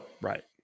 Right